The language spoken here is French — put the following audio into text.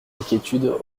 inquiétude